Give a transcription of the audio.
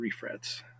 refrets